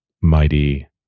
mighty